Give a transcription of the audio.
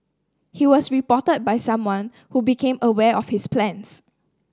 he was reported by someone who became aware of his plans